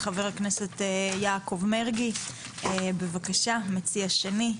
חה"כ יעקב מרגי בבקשה, מציע שני.